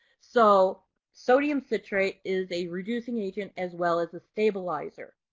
so sodium citrate is a reducing agent as well as a stabilizer.